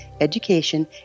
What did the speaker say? education